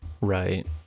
Right